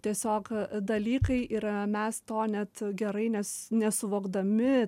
tiesiog dalykai ir a mes to net gerai nes nesuvokdami